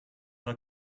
her